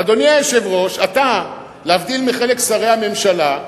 אדוני היושב-ראש, אתה, להבדיל מחלק משרי הממשלה,